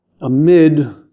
amid